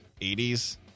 80s